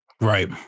Right